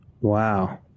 Wow